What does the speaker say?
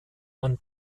man